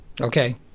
Okay